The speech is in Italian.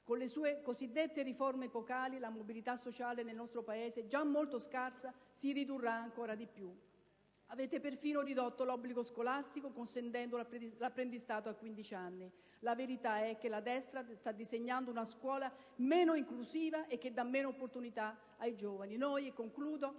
Con le sue cosiddette riforme epocali, la mobilità sociale nel nostro Paese, già molto scarsa, si ridurrà ancora di più. Avete perfino ridotto l'obbligo scolastico, consentendo l'apprendistato a quindici anni. La verità è che la destra sta disegnando una scuola meno inclusiva e che dà meno opportunità ai giovani.